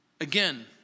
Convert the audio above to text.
Again